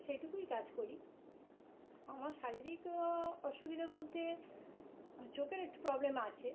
সেইটুকুই কাজ করি আমার শারীরিক অসুবিধা বলতে চোখেরও একটু প্রবলেম আছে